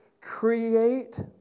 create